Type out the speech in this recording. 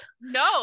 No